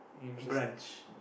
brunch